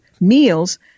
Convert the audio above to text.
meals